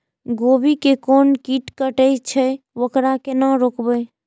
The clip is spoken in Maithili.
गोभी के कोन कीट कटे छे वकरा केना रोकबे?